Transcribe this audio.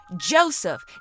Joseph